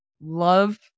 love